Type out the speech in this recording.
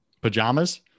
pajamas